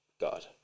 God